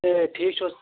ہے ٹھیٖک چھِو حظ